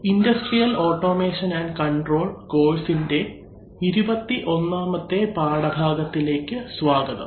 industrial automation and control കോഴ്സിന്റെ ഇരുപത്തി ഒന്നാമത്തെ പാഠഭാഗത്തിലേക്ക് സ്വാഗതം